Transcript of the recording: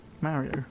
Mario